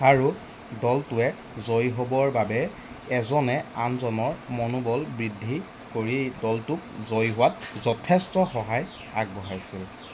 আৰু দলটোৱে জয়ী হ'বৰ বাবে এজনে আনজনৰ মনোবল বৃদ্ধি কৰি দলটোক জয়ী হোৱাত যথেষ্ট সহায় আগবঢ়াইছিল